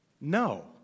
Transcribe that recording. No